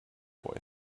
boy